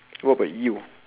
what about you